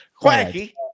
Quacky